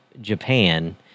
Japan